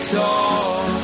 talk